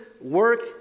work